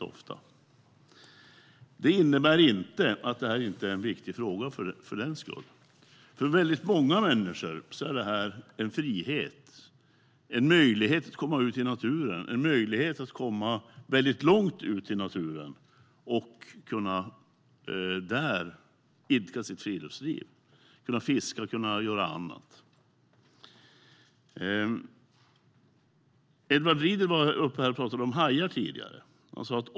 Det innebär inte att detta inte är en viktig fråga. För väldigt många människor handlar detta om en frihet, en möjlighet att komma ut i naturen och väldigt långt ut i naturen för att där kunna idka friluftsliv - kunna fiska och göra annat. Edward Riedl talade tidigare om hajar.